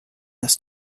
this